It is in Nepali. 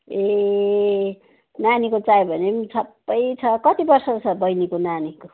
ए नानीको चाहियो भने छ सबै छ कति वर्षको छ बहिनीको नानीको